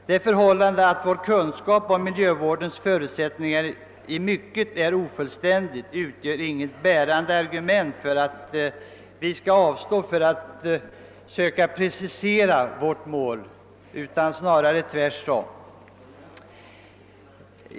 Det förhållandet, att kunskapen om miljövårdens förutsättningar i mycket är ofullständig, utgör inget bärande argument för att avstå från att söka precisera ett mål, utan snarare tvärtom.